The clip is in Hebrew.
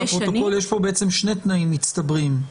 לפרוטוקול: יש פה שני תנאים מצטברים,